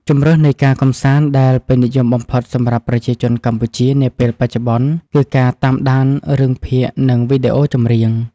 ជម្រើសនៃការកម្សាន្តដែលពេញនិយមបំផុតសម្រាប់ប្រជាជនកម្ពុជានាពេលបច្ចុប្បន្នគឺការតាមដានរឿងភាគ និងវីដេអូចម្រៀង។